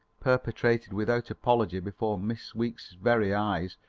perpetrated without apology before miss weeks' very eyes,